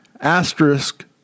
asterisk